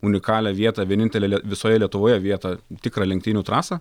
unikalią vietą vienintelę visoje lietuvoje vietą tikrą lenktynių trasą